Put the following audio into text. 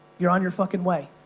you're on your fuckin' way.